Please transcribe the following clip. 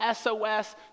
SOS